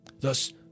Thus